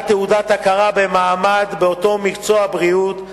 תעודת הכרה במעמד באותו מקצוע בריאות,